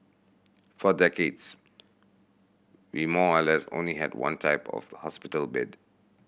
for decades we more or less only had one type of hospital bed